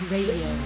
Radio